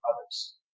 others